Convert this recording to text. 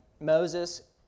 Moses